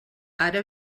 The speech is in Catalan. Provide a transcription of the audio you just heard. ara